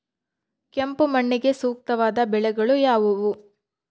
ಕೆಂಪು ಮಣ್ಣಿಗೆ ಸೂಕ್ತವಾದ ಬೆಳೆಗಳು ಯಾವುವು?